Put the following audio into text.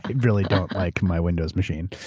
really don't like my windows machine.